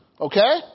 Okay